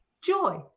joy